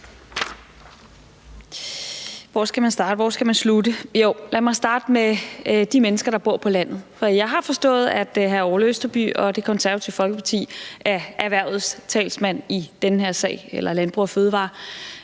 hvor skal man slutte? Jo, lad mig starte med de mennesker, der bor på landet. For jeg har forstået, at hr. Orla Østerby og Det Konservative Folkeparti er erhvervets talsmænd i den her sag eller Landbrug & Fødevarers.